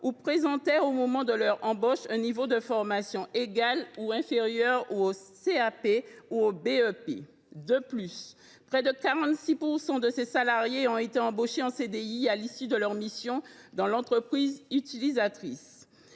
présentaient, au moment de leur embauche, un niveau de formation égal ou inférieur au CAP ou au BEP. De plus, près de 46 % de ces salariés ont été embauchés en CDI à l’issue de leur mission dans l’entreprise utilisatrice.